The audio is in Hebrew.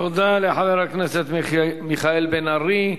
תודה לחבר הכנסת מיכאל בן-ארי.